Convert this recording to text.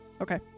Okay